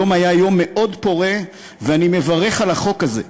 היום היה יום מאוד פורה, ואני מברך על החוק הזה.